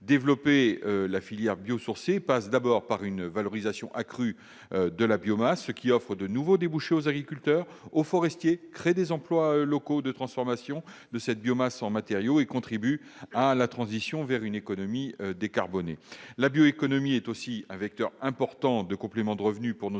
Développer la filière biosourcée passe d'abord par une valorisation accrue de la biomasse, ce qui offre de nouveaux débouchés aux agriculteurs et aux forestiers, crée des emplois locaux de transformation de cette biomasse en matériaux et contribue à la transition vers une économie décarbonée. La bioéconomie est aussi un vecteur important de complément de revenu pour nos